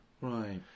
right